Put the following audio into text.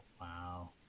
wow